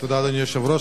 תודה, אדוני היושב-ראש.